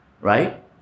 Right